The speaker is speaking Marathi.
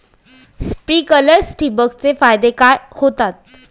स्प्रिंकलर्स ठिबक चे फायदे काय होतात?